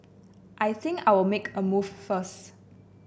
I think I'll make a move first